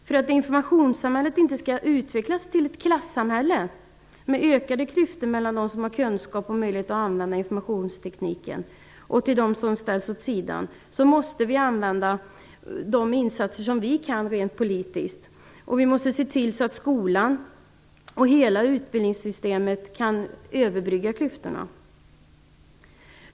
För att informationssamhället inte skall utvecklas till ett klassamhälle, med ökade klyftor mellan dem som har kunskap och möjlighet att använda informationstekniken och dem som ställs åt sidan, måste vi göra vad vi kan rent politiskt. Vi måste se till så att skolan och hela utbildningssystemet kan överbrygga klyftorna.